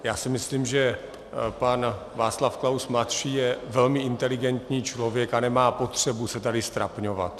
Já si myslím, že pan Václav Klaus mladší je velmi inteligentní člověk a nemá potřebu se tady ztrapňovat.